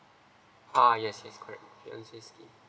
ah yes yes correct fiancé scheme